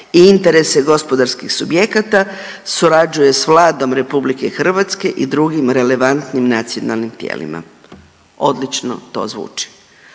i interese gospodarskih subjekata, surađuje s Vladom RH i drugim relevantnim nacionalnim tijelima. Odlično to zvuči.